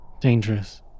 dangerous